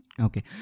Okay